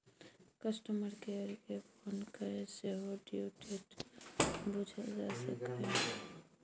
customer care केँ phone कए सेहो ड्यु डेट बुझल जा सकैए